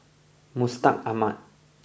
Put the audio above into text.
Mustaq Ahmad